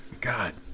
god